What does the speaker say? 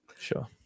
sure